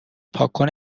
پاکن